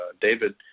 David